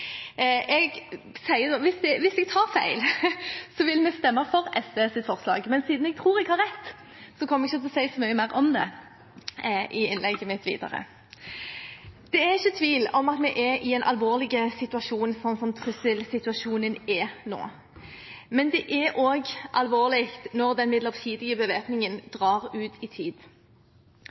Hvis jeg tar feil, vil vi stemme for SVs forslag, men siden jeg tror jeg har rett, kommer jeg ikke til å si så mye mer om det i innlegget mitt. Det er ikke tvil om at vi er i en alvorlig situasjon, slik trusselsituasjonen er nå. Men det er også alvorlig når den midlertidige bevæpningen drar ut i tid.